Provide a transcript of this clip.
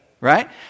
right